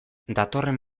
datorren